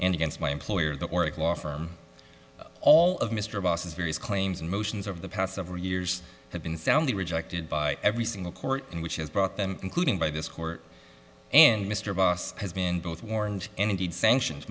and against my employer the law firm all of mr abbas's various claims and motions of the past several years have been soundly rejected by every single court in which has brought them including by this court and mr abbas has been both warned and indeed sanctions